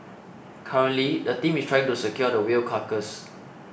currently the team is trying to secure the whale carcass